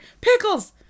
Pickles